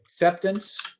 Acceptance